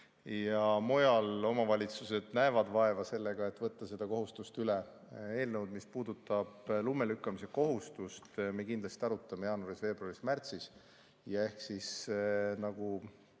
ja mujal omavalitsused näevad vaeva sellega, et võtta see kohustus üle. Eelnõu, mis puudutab lumelükkamise kohustust, me kindlasti arutame jaanuaris-veebruaris-märtsis ja, nagu